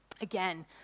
Again